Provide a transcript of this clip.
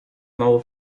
mało